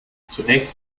zunächst